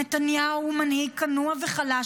נתניהו הוא מנהיג כנוע וחלש,